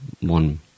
one